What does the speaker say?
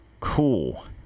Cool